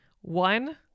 One